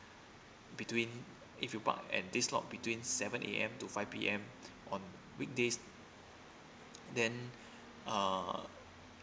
between if you park at this lot between seven A_M to five P M on weekdays then uh